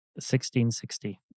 1660